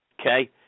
Okay